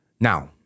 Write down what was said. Now